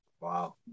Wow